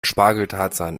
spargeltarzan